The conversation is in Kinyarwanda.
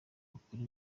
bakora